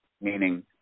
meaning